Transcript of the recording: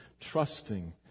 trusting